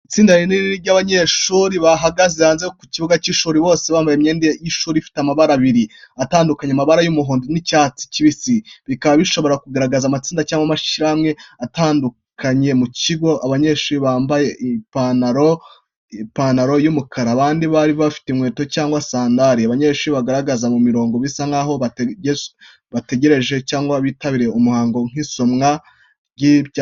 Itsinda rinini ry’abanyeshuri bahagaze hanze mu kibuga cy’ishuri. Bose bambaye imyenda y’ishuri ifite amabara abiri atandukanye: amabara y’umuhondo n’icyatsi kibisi, bikaba bishobora kugaragaza amatsinda cyangwa amashyirahamwe atandukanye mu kigo. Abenshi bambaye ipantaro y’umukara, abandi bafite inkweto cyangwa sandari. Abanyeshuri bahagaze mu mirongo, bisa nk’aho bategereje cyangwa bitabiriye umuhango nk’isomwa ry’ibyapa, guhatana mu mikino, cyangwa inama y’ishuri.